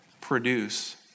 produce